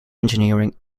engineering